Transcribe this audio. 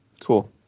cool